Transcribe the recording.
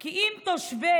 כי אם תושבי